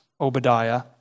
Obadiah